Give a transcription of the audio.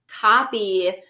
copy